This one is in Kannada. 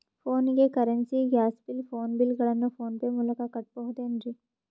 ಫೋನಿಗೆ currency, gas bill, phone bill ಗಳನ್ನು ಫೋನ್ ಪೇ ಮೂಲಕ ಕಟ್ಟಬಹುದೇನ್ರಿ?